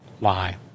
lie